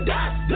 Dust